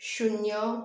शून्य